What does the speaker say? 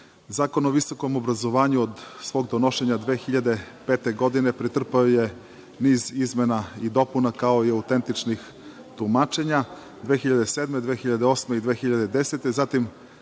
Zakon o visokom obrazovanju od svog donošenja 2005. godine pretrpeo je niz izmena i dopuna, kao i autentičnih tumačenja 2007, 2008. i 2010.